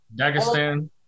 Dagestan